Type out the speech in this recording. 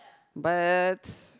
but